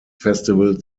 festival